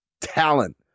talent